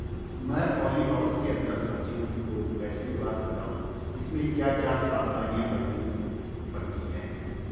मैं poly house के अन्दर सब्जियों को कैसे उगा सकता हूँ इसमें क्या क्या सावधानियाँ बरतनी पड़ती है?